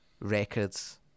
records